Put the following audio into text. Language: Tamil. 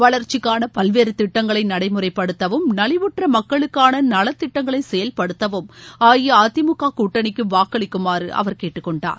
வளர்ச்சிக்கான பல்வேறு திட்டங்களை நடைமுறைப்படுத்தவும் நலிவுற்ற மக்களுக்கான நலத்திட்டங்களை செயல்படுத்தவும் அஇஅதிமுக கூட்டனிக்கு வாக்களிக்குமாறு அவர் கேட்டுக் கொண்டார்